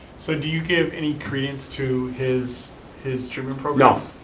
so do you give any credence to his his treatment programs?